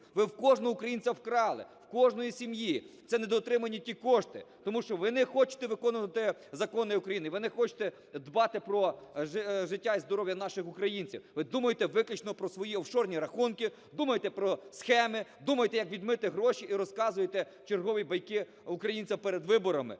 Ви в кожного українця вкрали, в кожної сім'ї, це недоотримані ті кошти. Тому що ви не хочете виконувати закони України, ви не хочете дбати про життя і здоров'я наших українців. Ви думаєте виключно про свої офшорні рахунки, думаєте про схеми, думаєте, як відмити гроші і розказуєте чергові байки українцям перед виборами.